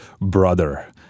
brother